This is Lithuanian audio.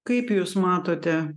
kaip jūs matote